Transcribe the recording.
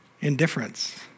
Indifference